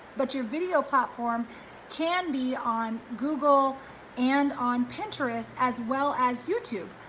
but your video platform can be on google and on pinterest as well as youtube.